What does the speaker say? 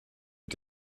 mit